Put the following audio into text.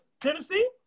Tennessee